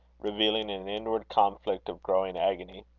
revealing an inward conflict of growing agony.